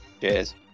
cheers